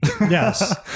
yes